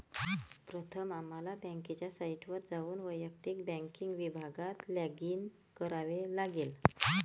प्रथम आम्हाला बँकेच्या साइटवर जाऊन वैयक्तिक बँकिंग विभागात लॉगिन करावे लागेल